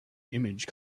image